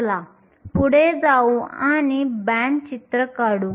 चला पुढे जाऊ आणि बँड चित्र काढू